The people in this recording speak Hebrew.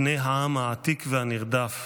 בני העם העתיק והנרדף,